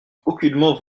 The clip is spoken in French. aucunement